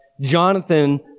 Jonathan